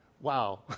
Wow